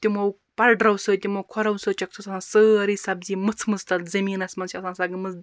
تِمو پَڑرو سۭتۍ تِمو کھۄرَو سۭتۍ چھَکھ سۄ آسان سٲری سَبزی مٔژھ مٕژ تتھ زمیٖنَس مَنٛزچھِ آسان سۄ گٔمٕژ